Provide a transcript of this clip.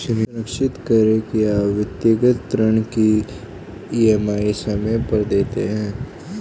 सुनिश्चित करें की आप व्यक्तिगत ऋण की ई.एम.आई समय पर देते हैं